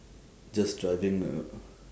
just driving uh